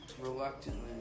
reluctantly